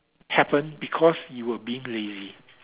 happen because you were being lazy